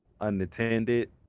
unattended